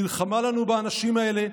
מלחמה לנו באנשים האלה,